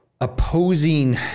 opposing